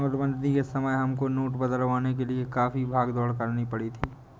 नोटबंदी के समय हमको नोट बदलवाने के लिए काफी भाग दौड़ करनी पड़ी थी